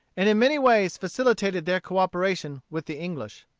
and in many ways facilitated their cooperation with the english.